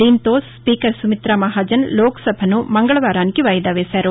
దీంతో స్పీకర్ సుమితా మహాజన్ లోక్సభను మంగళవారానికి వాయిదా వేశారు